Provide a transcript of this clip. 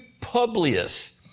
Publius